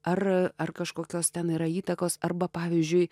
ar ar kažkokios ten yra įtakos arba pavyzdžiui